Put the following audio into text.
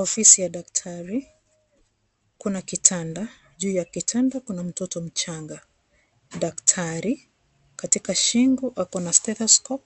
Ofisi ya daktari kuna kitanda, juu ya kitanda kuna mtoto mchanga, daktari katika shingo ako na (CS)statoscope(CS)